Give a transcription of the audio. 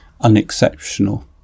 unexceptional